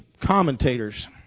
commentators